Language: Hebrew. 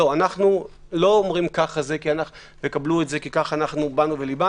אנחנו לא אומרים ככזה וקבלו את זה כי ככה ליבנו.